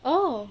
oh